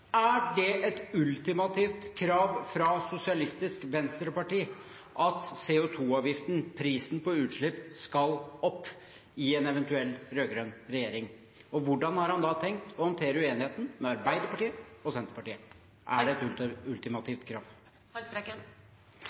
Er det et ultimativt krav fra Sosialistisk Venstreparti at CO 2 -avgiften, prisen på utslipp, skal opp i en eventuell rød-grønn regjering? Hvordan har han da tenkt å håndtere uenigheten med Arbeiderpartiet og Senterpartiet? Er det et ultimativt